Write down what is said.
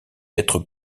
être